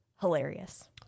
hilarious